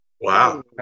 Wow